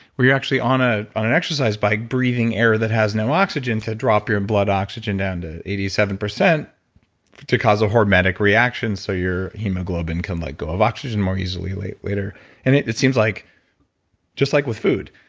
we're actually on ah on an exercise by breathing air that has no oxygen to drop your and blood oxygen down to eighty seven percent to cause a hermetic reaction, so your hemoglobin can let go of oxygen more easily later later and it it seems like just like with food,